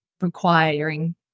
requiring